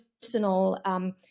personal